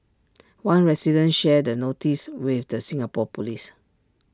one resident shared the notice with the Singapore Police